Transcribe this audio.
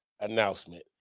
announcement